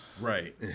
Right